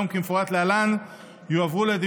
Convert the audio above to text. עוד שתי